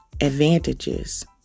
advantages